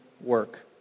work